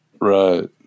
Right